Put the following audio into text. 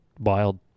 wild